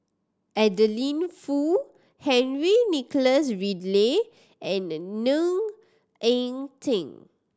Adeline Foo Henry Nicholas Ridley and the Ne Eng Teng